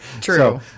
true